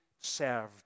served